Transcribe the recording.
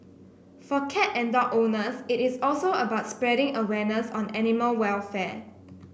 for cat and dog owners it is also about spreading awareness on animal welfare